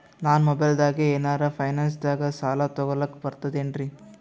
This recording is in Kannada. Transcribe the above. ನಾ ಮೊಬೈಲ್ದಾಗೆ ಏನರ ಫೈನಾನ್ಸದಾಗ ಸಾಲ ತೊಗೊಲಕ ಬರ್ತದೇನ್ರಿ?